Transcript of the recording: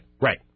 Right